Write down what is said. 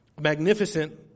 magnificent